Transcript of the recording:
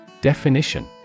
Definition